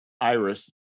iris